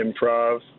improv